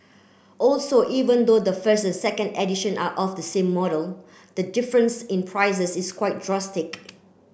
also even though the first second edition are of the same model the difference in prices is quite drastic